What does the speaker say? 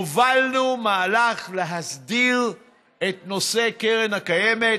הובלנו מהלך להסדיר את נושא הקרן הקיימת,